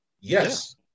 Yes